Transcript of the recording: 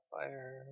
fire